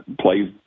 plays